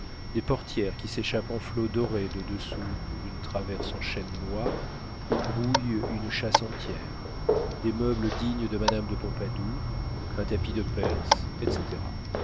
des portières qui s'échappent en flots dorés de dessous une traverse en chêne noir où grouille une chasse entière des meubles dignes de madame de pompadour un tapis de perse etc